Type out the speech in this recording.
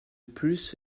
plus